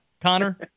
Connor